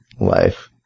life